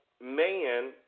man